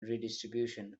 redistribution